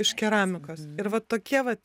iš keramikos ir va tokie vat